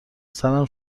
سرم